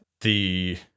The-